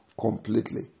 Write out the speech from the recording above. completely